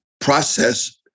Process